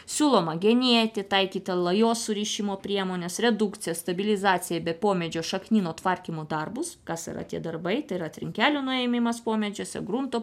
siūloma genėti taikyti lajos surišimo priemones redukciją stabilizaciją pomedžio šaknyno tvarkymo darbus kas yra tie darbai tai yra trinkelių nuėmimas pomedžiuose grunto